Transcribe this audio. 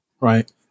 right